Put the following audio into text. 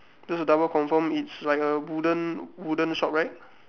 just a double confirm it's like a wooden wooden shop right